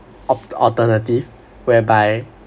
alt~ alternative whereby